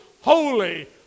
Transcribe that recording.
holy